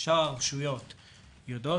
שאר הרשויות יודעות,